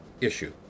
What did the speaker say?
issue